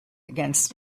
against